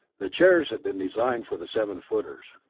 the chairs had been designed for the seven-footers.